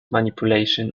manipulation